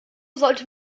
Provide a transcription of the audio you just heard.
sollte